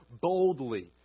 boldly